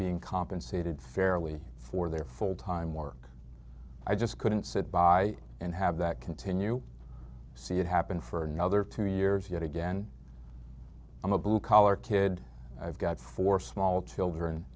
being compensated fairly for their full time work i just couldn't sit by and have that continue see it happen for another two years yet again i'm a blue collar kid i've got four small children